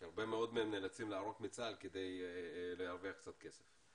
כי הרבה מאוד מהם נאלצים לערוק מצה"ל כדי להרוויח קצת כסף.